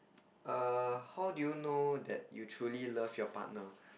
err how do you know that you truly love your partner